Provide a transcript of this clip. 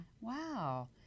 Wow